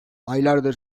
aylardır